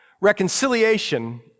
Reconciliation